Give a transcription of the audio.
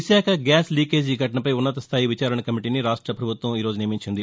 Visakha gas leakage ఘటనపై ఉన్నతస్టాయి విచారణ కమిటీని రాష్ట ప్రభుత్వం ఈరోజు నియమించింది